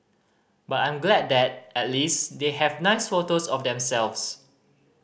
but I'm glad that at least they have nice photos of themselves